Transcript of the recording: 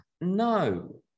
No